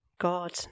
God